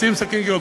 רוצים סכין גילוח?